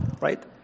right